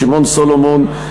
שמעון סולומון,